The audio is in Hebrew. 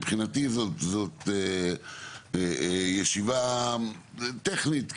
מבחינתי זאת ישיבה טכנית,